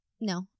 No